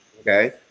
Okay